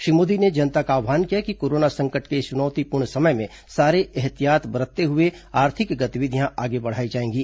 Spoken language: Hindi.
श्री मोदी ने जनता का आव्हान किया कि कोरोना संकट के इस चुनौतीपूर्ण समय में सारी एहतियात बरतते हुए आर्थिक गतिविधियां आगे बढ़ाई जाएंगी